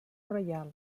reial